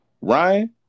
Ryan